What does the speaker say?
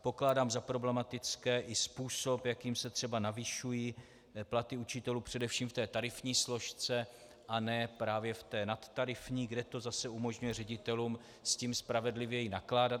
Pokládám za problematický i způsob, jakým se třeba navyšují platy učitelů především v té tarifní složce, a ne právě v té nadtarifní, kde to zase umožňuje ředitelům s tím spravedlivěji nakládat, atd.